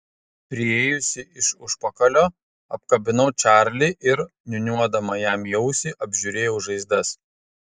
priėjusi iš užpakalio apkabinau čarlį ir niūniuodama jam į ausį apžiūrėjau žaizdas